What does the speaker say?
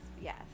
yes